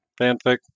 fanfic